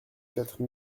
quatre